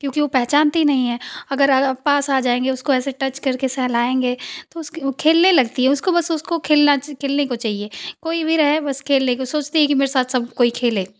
क्योंकि वो पहचानती नहीं है अगर आप पास आ जायेंगे उसको ऐसे टच करके सहलायेंगे उ खेलने लगती है उसको बस खेलना खेलने को चाहिए कोई भी रहे बस खेल लेगी सोचती है कि कोई मेरे साथ खेले